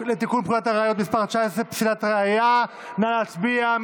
לתיקון פקודת הראיות (מס' 19) (פסילת ראיה) נא להצביע.